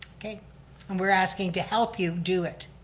okay and we're asking to help you do it.